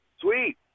Sweet